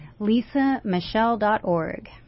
LisaMichelle.org